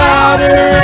Louder